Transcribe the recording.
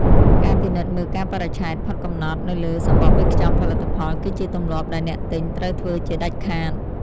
ការពិនិត្យមើលកាលបរិច្ឆេទផុតកំណត់នៅលើសំបកវេចខ្ចប់ផលិតផល គឺជាទម្លាប់ដែលអ្នកទិញត្រូវធ្វើជាដាច់ខាត។